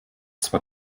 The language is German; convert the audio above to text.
zwar